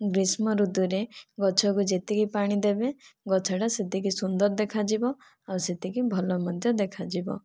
ଗ୍ରୀଷ୍ମ ଋତୁରେ ଗଛକୁ ଯେତିକି ପାଣି ଦେବେ ଗଛଟା ସେତିକି ସୁନ୍ଦର ଦେଖାଯିବ ଆଉ ସେତିକି ଭଲ ମଧ୍ୟ ଦେଖାଯିବ